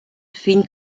fines